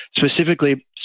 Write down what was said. specifically